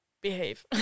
behave